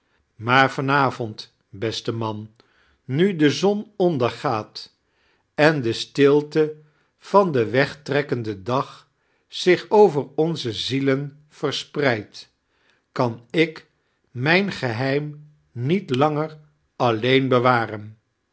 verteld malar vanavond besite man nu de zon ondergaat en de stilt van den wegtrekkemden dag zich over onze zielen varspreidt kan ik mijn geheim niet langer alleen bewaren